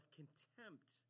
contempt